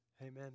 Amen